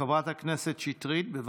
חברת הכנסת שטרית, בבקשה.